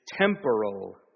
temporal